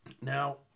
Now